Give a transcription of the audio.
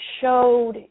showed